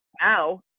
now